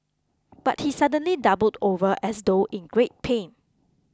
but he suddenly doubled over as though in great pain